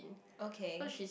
okay